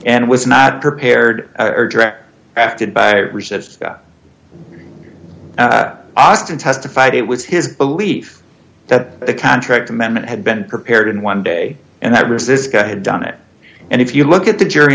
and was not prepared or direct acted by resist austin testified it was his belief that the contract amendment had been prepared in one day and that was this guy had done it and if you look at the jury